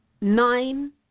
nine